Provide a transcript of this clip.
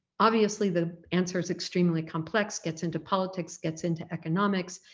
obviously the answer is extremely complex, gets into politics, gets into economics,